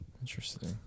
Interesting